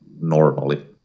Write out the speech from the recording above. normally